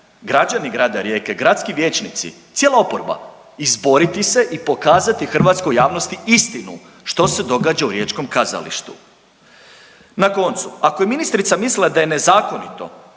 građani grada Rijeke, gradski vijećnici, cijela oporba izboriti se i pokazati hrvatskoj javnosti istinu što se događa u riječkom kazalištu. Na koncu, ako je ministrica mislila da je nezakonito